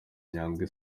nyandwi